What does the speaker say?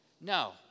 No